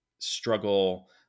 struggle